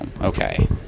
okay